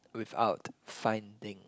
without finding